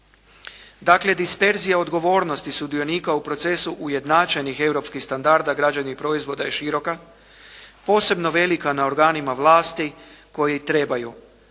Dakle, disperzija odgovornosti sudionika u procesu ujednačenih europskih standarda građevnih proizvoda je široka, posebno velika na organima vlasti koji trebaju